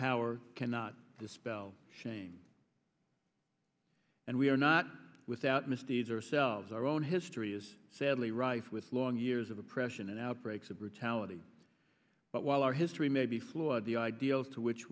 power cannot dispel shame and we are not without misdeeds or selves our own history is sadly rife with long years of oppression and outbreaks of brutality but while our history may be flawed the ideals to which